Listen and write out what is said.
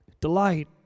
delight